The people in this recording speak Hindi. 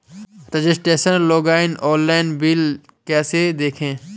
रजिस्ट्रेशन लॉगइन ऑनलाइन बिल कैसे देखें?